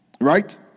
Right